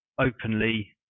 openly